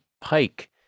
Pike